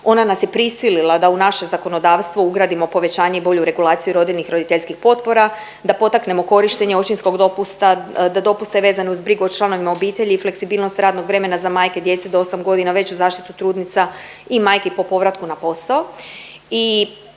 Ona nas je prisilila da u naše zakonodavstvo ugradimo povećanje i bolju regulaciju rodiljni i roditeljskih potpora, da potaknemo korištenje očinskog dopusta, da dopuste vezano uz brigu o članovima obitelji i fleksibilnost radnog vremena za majke djece do 8 godina, veću zaštitu trudnica i majki po povratku na posao